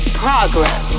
progress